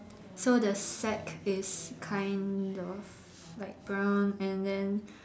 so the sack is kind of like brown and then